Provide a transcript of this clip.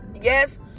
Yes